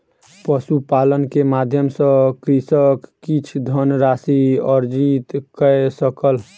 पशुपालन के माध्यम सॅ कृषक किछ धनराशि अर्जित कय सकल